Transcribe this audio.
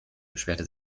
beschwerte